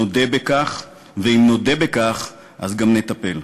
נודה בכך, ואם נודה בכך אז גם נטפל.